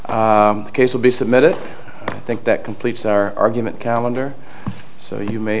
case will be submitted think that completes are arguments calendar so you may